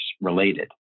related